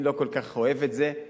אני לא כל כך אוהב את זה,